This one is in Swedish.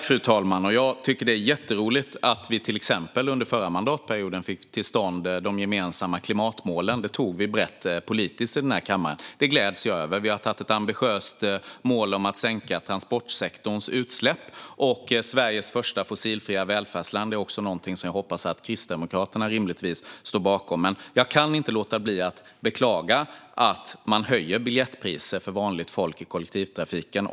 Fru talman! Jag tycker att det är jätteroligt att vi under förra mandatperioden till exempel fick till stånd de gemensamma klimatmålen. Det beslutet tog vi brett politiskt sett i den här kammaren. Det gläder jag mig åt. Vi har ett ambitiöst mål om att sänka transportsektorns utsläpp, och målet om att bli världens första fossilfria välfärdsland är också någonting som jag hoppas att Kristdemokraterna rimligtvis står bakom. Jag kan dock inte låta bli att beklaga att man ofta under borgerligt styre höjer biljettpriser för vanligt folk i kollektivtrafiken.